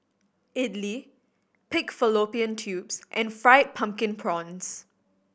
idly pig fallopian tubes and Fried Pumpkin Prawns